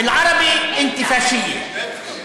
בערבית את פאשיסטית,